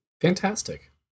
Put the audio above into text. fantastic